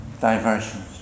diversions